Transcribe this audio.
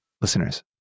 Listeners